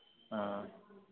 हाँ